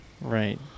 Right